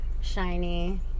shiny